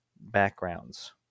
backgrounds